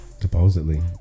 supposedly